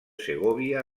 segòvia